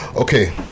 okay